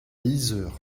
yzeure